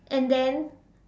and then